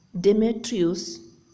Demetrius